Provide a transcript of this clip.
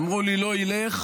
אמרו לי: לא ילך.